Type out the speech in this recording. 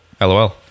LOL